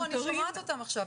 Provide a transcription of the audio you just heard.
אני שומעת אותם עכשיו.